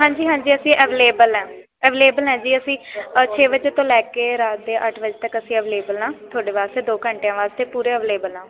ਹਾਂਜੀ ਹਾਂਜੀ ਅਸੀਂ ਐਵਲੇਬਲ ਹੈ ਐਵਲੇਬਲ ਹੈ ਜੀ ਅਸੀਂ ਔਰ ਛੇ ਵਜੇ ਤੋਂ ਲੈ ਕੇ ਰਾਤ ਦੇ ਅੱਠ ਵਜੇ ਤੱਕ ਅਸੀਂ ਅਵਲੇਬਲ ਹਾਂ ਤੁਹਾਡੇ ਵਾਸਤੇ ਦੋ ਘੰਟਿਆਂ ਵਾਸਤੇ ਪੂਰੇ ਅਵਲੇਬਲ ਹਾਂ